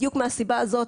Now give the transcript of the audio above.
בדיוק מהסיבה הזאת,